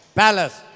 palace